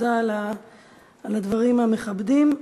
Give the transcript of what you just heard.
תודה על הדברים המכבדים.